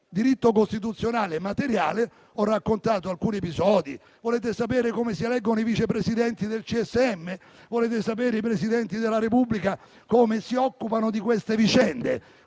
diritto costituzionale materiale ho raccontato alcuni episodi. Volete sapere come si eleggono i Vice Presidenti del CSM? Volete sapere i Presidenti della Repubblica come si occupano di queste vicende?